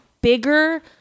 bigger